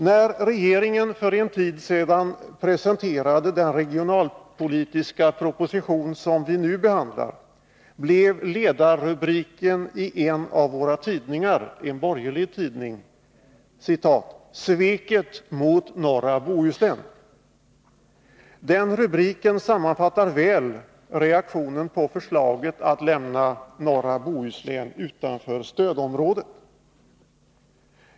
När regeringen för en tid sedan presenterade den regionalpolitiska proposition som vi nu behandlar blev ledarrubriken i en av våra tidningar, en borgerlig tidning, ”Sveket mot norra Bohuslän”. Den rubriken sammanfattar väl reaktionen på förslaget att lämna norra Bohuslän utanför stödområdet.